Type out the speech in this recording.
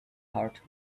heart